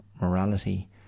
morality